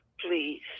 please